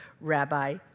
Rabbi